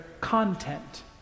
content